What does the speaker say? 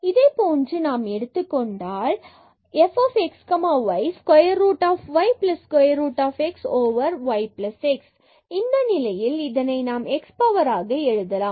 இதைப் போன்று நாம் எடுத்துக் கொண்டால் பின்பு 1 f x y square root y square root x y x இந்த நிலையில் இதனை நாம் x பவராக power எழுதலாம்